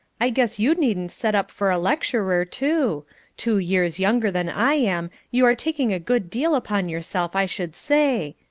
i guess you needn't set up for a lecturer, too two years younger than i am, you are taking a good deal upon yourself, i should say.